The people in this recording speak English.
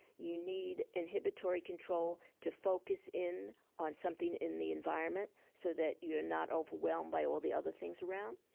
you need inhibitory control to focus in on something in the environment so that you're not overwhelmed by all the other things around.